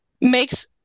makes